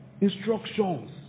Instructions